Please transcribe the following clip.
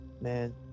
man